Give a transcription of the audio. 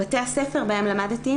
בתי ספר בהם למדתי,